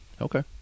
Okay